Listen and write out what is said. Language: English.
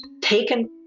taken